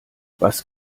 was